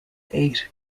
eight